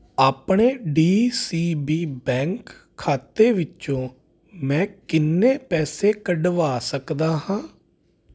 ਆਪਣੇ DCB bank ਖਾਤੇ ਵਿੱਚੋਂ ਮੈਂ ਕਿੰਨੇ ਪੈਸੇ ਕੱਢਵਾ ਸਕਦਾ ਹਾਂ